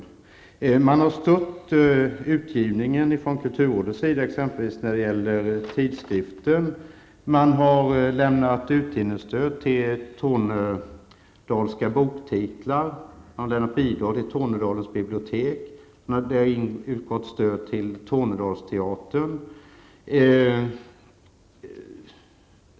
Kulturrådet har stött utgivningen av STR-Ts tidskrift. Utgivningsstöd har lämnats till tornedalska boktitlar. Bidrag har lämnats till Tornedalens bibliotek. Det har utgått stöd till Tornedalsteatern.